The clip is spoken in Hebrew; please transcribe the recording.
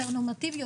יותר נורמטיבי,